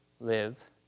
live